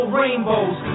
rainbows